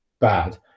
bad